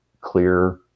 clear